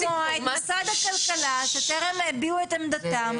משרד הכלכלה שטרם הביעו את עמדתם,